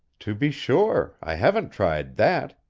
to be sure, i haven't tried that,